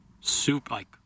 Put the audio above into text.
soup-like